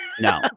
No